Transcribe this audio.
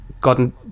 gotten